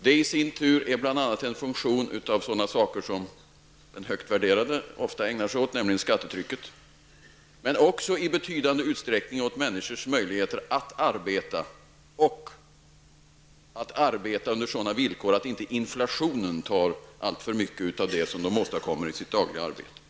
Det är i sin tur bl.a. en funktion av sådana saker som den högt värderade frågeställaren ofta ägnar sig åt, nämligen skattetrycket, men också i betydande utsträckning av människors möjligheter att arbeta och att göra det under sådana villkor att inflationen inte tar alltför mycket av det som de tjänar på sitt dagliga värv.